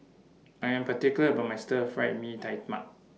I Am particular about My Stir Fried Mee Tai Mak